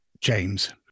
James